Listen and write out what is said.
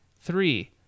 Three